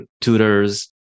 tutors